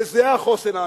וזה החוסן האמיתי,